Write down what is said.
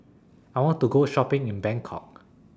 I want to Go Shopping in Bangkok